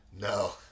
No